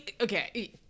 okay